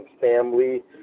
family